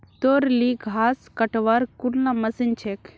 तोर ली घास कटवार कुनला मशीन छेक